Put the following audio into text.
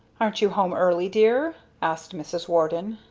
aren't you home early, dear? asked mrs. warden.